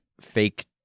fake